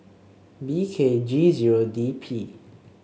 B K G zero D P